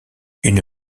une